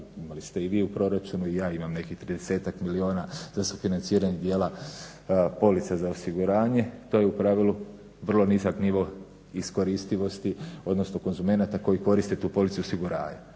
imali ste i vi u proračunu i ja imam nekih 30-tak milijuna za sufinanciranje dijela polica za osiguranje. To je u pravilu vrlo nizak nivo iskoristivosti, odnosno konzumenata koji koriste tu policu u osiguranju.